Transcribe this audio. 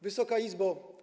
Wysoka Izbo!